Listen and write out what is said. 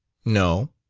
no.